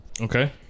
Okay